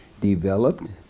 developed